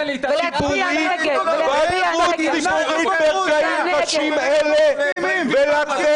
בגרות ------- ברגעים קשים אלה ולתת